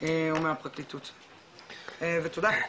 או מהפרקליטות ותודה.